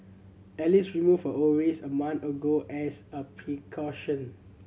Alice removed her ovaries a month ago as a precaution